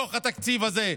בתוך התקציב הזה,